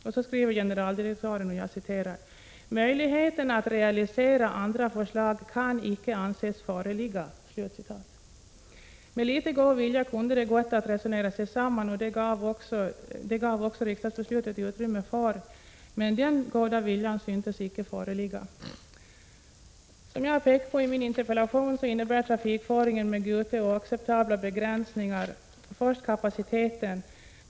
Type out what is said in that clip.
Vidare skrev generaldirektören: ”Möjligheten att realisera andra förslag kan icke anses föreligga.” Med litet god vilja kunde det ha gått att resonera sig samman. Det gav riksdagsbeslutet utrymme för. Men den goda viljan syntes icke föreligga. Som jag pekat på i min interpellation innebär trafikföringen med Gute oacceptabla begränsningar. Detta gäller till att börja med kapaciteten.